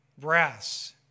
brass